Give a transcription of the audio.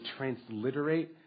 transliterate